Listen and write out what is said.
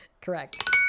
Correct